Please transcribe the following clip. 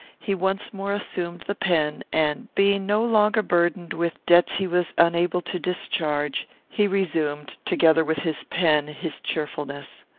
he once more assumed the pen, and, being no longer burdened with debts he was unable to discharge, he resumed, together with his pen, his cheerfulness.